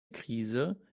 krise